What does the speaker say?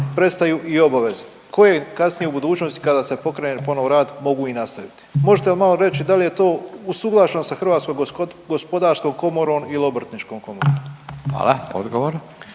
prestaju i obaveze koje kasnije u budućnosti kada se pokrene ponovo rad mogu i nastaviti. Možete li malo reći da li je to usuglašeno sa Hrvatskom gospodarskom komorom ili Obrtničkom komorom. **Radin,